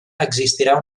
existirà